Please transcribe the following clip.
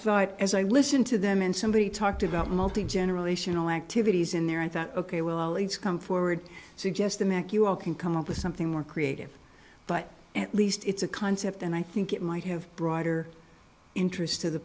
thought as i listened to them and somebody talked about multigenerational activities in there i thought ok well let's come forward suggest a mac you all can come up with something more creative but at least it's a concept and i think it might have broader interest to the